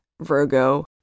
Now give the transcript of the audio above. Virgo